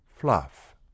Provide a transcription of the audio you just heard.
fluff